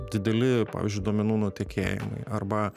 dideli pavyzdžiui duomenų nutekėjimai arba